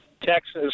Texas